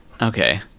Okay